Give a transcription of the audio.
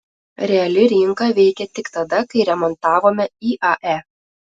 reali rinka veikė tik tada kai remontavome iae